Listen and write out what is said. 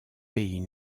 pays